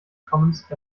commons